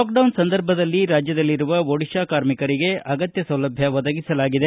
lockdown ಸಂದರ್ಭದಲ್ಲಿ ರಾಜ್ಯದಲ್ಲಿರುವ ಓಡಿಶಾ ಕಾರ್ಮಿಕರಿಗೆ ಅಗತ್ಯ ಸೌಲಭ್ಯ ಒದಗಿಸಲಾಗಿದೆ